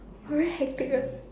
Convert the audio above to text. !wah! very hectic ah